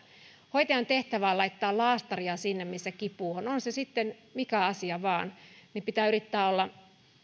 hoitajan tehtävä on laittaa laastaria sinne missä kipu on on se sitten mikä asia vain pitää yrittää olla